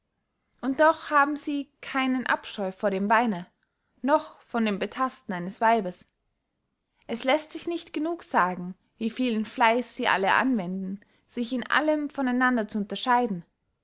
und doch haben sie keinen abscheu vor dem weine noch von dem betasten eines weibes es läßt sich nicht genug sagen wie vielen fleiß sie alle anwenden sich in allem von einander zu unterscheiden